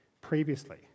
previously